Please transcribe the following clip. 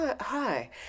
Hi